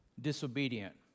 disobedient